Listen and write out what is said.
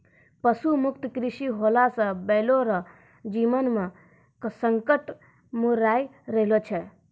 पशु मुक्त कृषि होला से बैलो रो जीवन मे संकट मड़राय रहलो छै